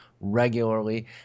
regularly